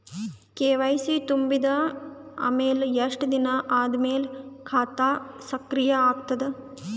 KYC ತುಂಬಿದ ಅಮೆಲ ಎಷ್ಟ ದಿನ ಆದ ಮೇಲ ಖಾತಾ ಸಕ್ರಿಯ ಅಗತದ?